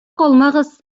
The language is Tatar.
калмагыз